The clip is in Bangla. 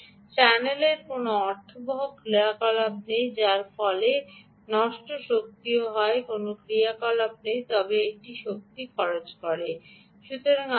তবে চ্যানেলের কোনও অর্থবহ ক্রিয়াকলাপ নেইযার ফলে নষ্ট শক্তি হয় কোনও ক্রিয়াকলাপ নেই এবং তবে একটি শক্তি খরচ রয়েছে